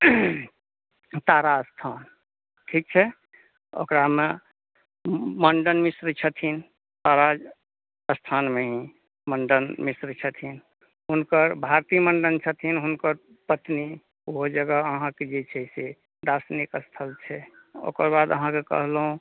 तारा स्थान ठीक छै ओकरा मे मंडन मिश्र छथिन तारा स्थान मे ही मंडन मिश्र छथिन हुनकर भारती मंडन छथिन हुनकर पत्नी ओ जगह अहाँ के जे छै से दार्शनिक स्थल छै ओकरबाद अहाँ के कहलहुॅं